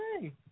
Hey